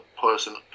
person